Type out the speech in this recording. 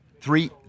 three